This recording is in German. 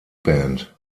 band